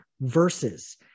verses